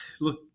look